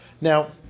Now